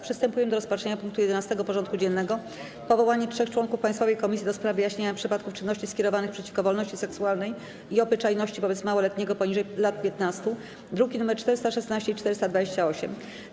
Przystępujemy do rozpatrzenia punktu 11. porządku dziennego: Powołanie 3 członków Państwowej Komisji do spraw wyjaśniania przypadków czynności skierowanych przeciwko wolności seksualnej i obyczajności wobec małoletniego poniżej lat 15 (druki nr 416 i 428)